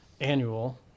annual